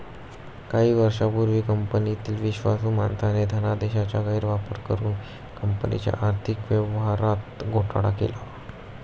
काही वर्षांपूर्वी कंपनीतील विश्वासू माणसाने धनादेशाचा गैरवापर करुन कंपनीच्या आर्थिक व्यवहारात घोटाळा केला